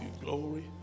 glory